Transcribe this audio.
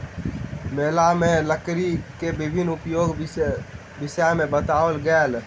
मेला में लकड़ी के विभिन्न उपयोगक विषय में बताओल गेल